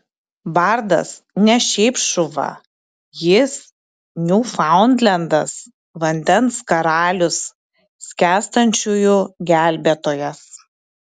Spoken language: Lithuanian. bardas ne šiaip šuva jis niūfaundlendas vandens karalius skęstančiųjų gelbėtojas